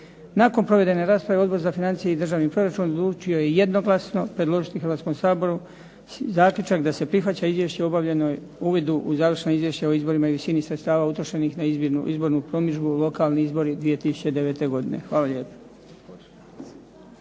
Nakon provedene rasprave Odbor za financije i državni proračun odlučio je jednoglasno predložiti Hrvatskom saboru zaključak da se prihvaća Izvješće o obavljenoj uvidu u završena izvješća o izborima i visini sredstava utrošenoj na izbornu promidžbu lokalni izbori 2009. godine. Hvala lijepo.